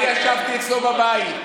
אני ישבתי אצלו בבית.